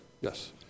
yes